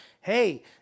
Hey